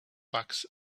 bucks